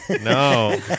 No